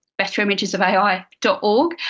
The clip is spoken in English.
betterimagesofai.org